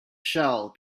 shell